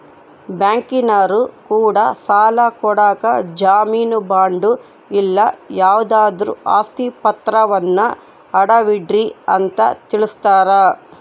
ಬ್ಯಾಂಕಿನರೊ ಕೂಡ ಸಾಲ ಕೊಡಕ ಜಾಮೀನು ಬಾಂಡು ಇಲ್ಲ ಯಾವುದಾದ್ರು ಆಸ್ತಿ ಪಾತ್ರವನ್ನ ಅಡವಿಡ್ರಿ ಅಂತ ತಿಳಿಸ್ತಾರ